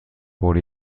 por